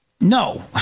No